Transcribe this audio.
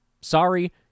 Sorry